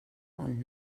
und